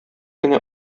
кенә